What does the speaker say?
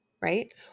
right